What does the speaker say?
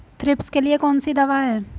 Thrips के लिए कौन सी दवा है?